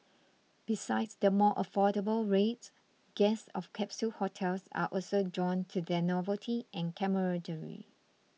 besides the more affordable rates guests of capsule hotels are also drawn to their novelty and camaraderie